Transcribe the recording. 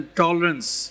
tolerance